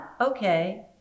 okay